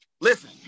listen